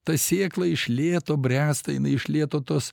ta sėkla iš lėto bręsta jinai iš lėto tuos